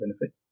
benefit